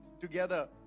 Together